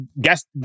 Guess